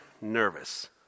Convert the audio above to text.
nervous